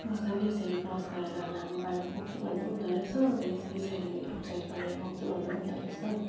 मजाले यसरी क्रस गरेर लामो पारेर बोक्छु भन्दा पनि हुँदो रहेछ अन्त यो चाहिँ पछाडि रुक साइड गरेर बोक्छु भन्दा पनि हुँदो रहेछ